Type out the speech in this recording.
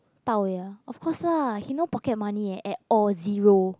Dao-Wei ah of course lah he no pocket money eh at all zero